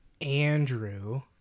Andrew